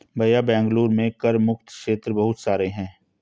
भैया बेंगलुरु में कर मुक्त क्षेत्र बहुत सारे हैं